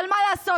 אבל מה לעשות,